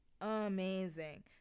amazing